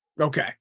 Okay